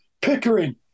Pickering